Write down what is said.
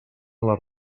les